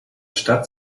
stadt